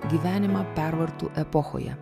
gyvenimą pervartų epochoje